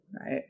Right